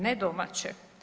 Ne domaće.